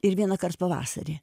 ir vienąkart pavasarį